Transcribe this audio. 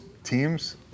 Teams